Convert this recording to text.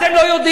אתם לא יודעים,